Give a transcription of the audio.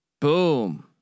boom